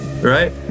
right